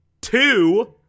Two